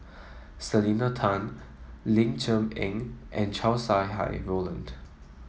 Selena Tan Ling Cher Eng and Chow Sau Hai Roland